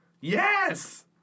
Yes